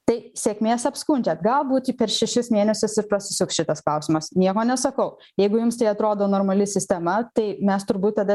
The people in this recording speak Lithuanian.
tai sėkmės apskundžian gal būti per šešis mėnesius ir prasisuks šitas klausimas nieko nesakau jeigu jums tai atrodo normali sistema tai mes turbūt tada